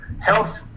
health